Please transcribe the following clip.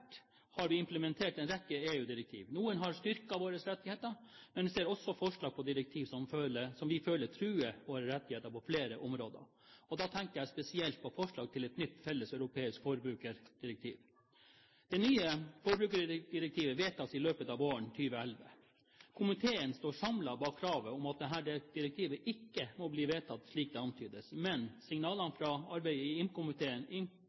selv har definert nivået. Etter hvert har vi implementert en rekke EU-direktiv. Noen har styrket våre rettigheter, men vi ser også forslag til direktiv som vi føler truer våre rettigheter på flere områder. Da tenker jeg spesielt på forslag til et nytt felles europeisk forbrukerdirektiv. Det nye forbrukerdirektivet vedtas i løpet av våren 2011. Komiteen står samlet bak kravet om at dette direktivet ikke må bli vedtatt, slik det antydes. Men signalene fra arbeidet i